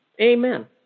Amen